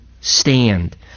stand